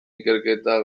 ikerketa